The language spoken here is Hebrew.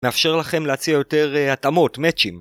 מאפשר לכם להציע יותר התאמות, מאצ'ים